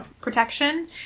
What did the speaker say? protection